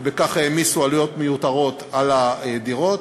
ובכך העמיסו עלויות מיותרות על הדירות,